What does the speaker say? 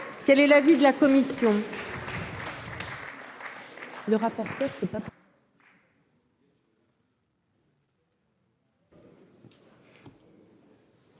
Quel est l'avis de la commission ?